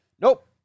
nope